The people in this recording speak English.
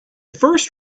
first